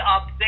up